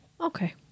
Okay